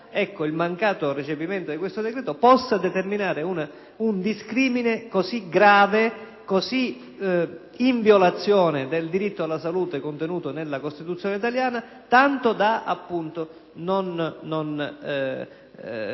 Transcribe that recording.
che il mancato recepimento di questo decreto possa determinare un discrimine così grave, in violazione del diritto alla salute, contenuto nella Costituzione italiana, tanto da non